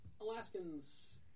Alaskans